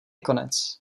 konec